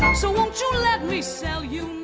so let me sell you